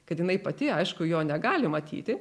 kad jinai pati aišku jo negali matyti